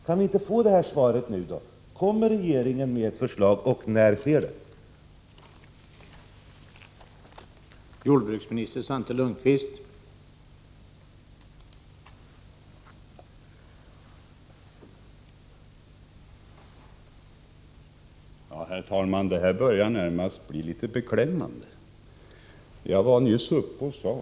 Kan vi inte få det svaret nu: Kommer regeringen att lägga fram ett förslag och när sker det i så fall?